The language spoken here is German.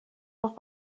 noch